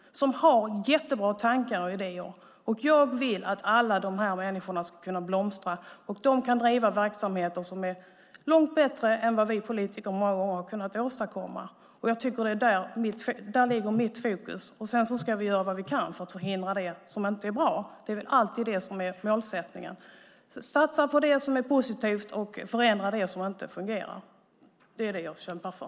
De har jättebra tankar och idéer. Jag vill att alla dessa människor ska kunna blomstra så att de kan driva verksamheter som är långt bättre än vad vi politiker många gånger har kunnat åstadkomma. Där ligger mitt fokus. Vi gör vad vi kan för att förhindra det som inte är bra. Det är målsättningen. Vi ska satsa på det som är positivt och förändra det som inte fungerar. Det är vad jag kämpar för.